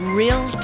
real